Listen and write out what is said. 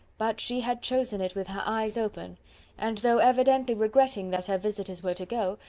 but she had chosen it with her eyes open and though evidently regretting that her visitors were to go,